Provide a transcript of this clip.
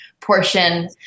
portion